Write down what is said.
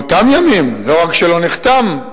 באותם ימים, ולא רק שלא נחתם,